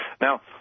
now